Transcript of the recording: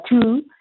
two